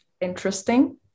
interesting